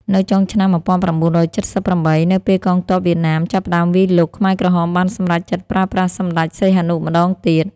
នៅចុងឆ្នាំ១៩៧៨ នៅពេលកងទ័ពវៀតណាមចាប់ផ្ដើមវាយលុក ខ្មែរក្រហមបានសម្រេចចិត្តប្រើប្រាស់សម្តេចសីហនុម្ដងទៀត។